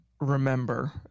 remember